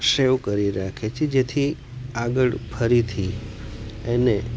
સેવ કરી રાખે છે જેથી આગળ ફરીથી એને